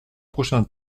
prochain